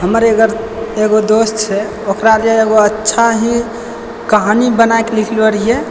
हमर एगो दोस्त छै ओकरा लेल एगो अच्छा ही कहानी बनाके लिखलौ रहिए